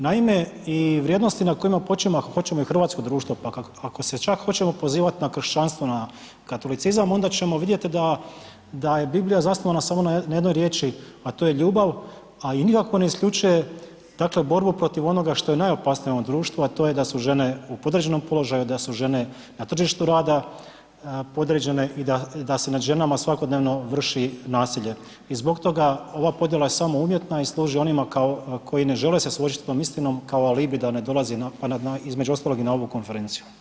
Naime, i vrijednosti na kojima počima i hrvatsko društvo pa ako se čak hoćemo pozivati na kršćanstvo, na katolicizam, onda ćemo vidjeti da je Biblija zasnovana samo na jednoj riječi a to je ljubav a i nikako ne isključuje dakle borbu protiv onoga što je najopasnije u ovom društvu a to je da su žene u podređenom položaju, da su žene na tržištu rada podređene i da nad ženama svakodnevno vrši nasilje i zbog toga ova podjela je samo uvjetna i služi onima kao koji ne žele se suočiti s tim istinom kao alibi da ne dolazi između ostalog i na ovu konferenciju.